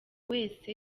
wese